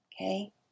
Okay